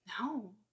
No